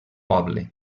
poble